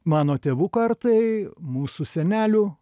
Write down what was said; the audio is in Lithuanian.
mano tėvų kartai mūsų senelių